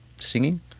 singing